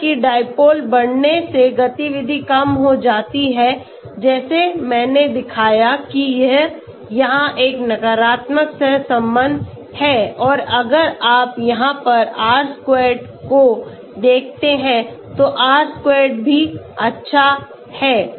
जैसे कि dipole बढ़ने से गतिविधि कम हो जाती है जैसे मैंने दिखाया कि यह यहाँ एक नकारात्मक सहसंबंध है और अगर आप यहाँ पर R squared को देखते हैं तो R squared भी अच्छा है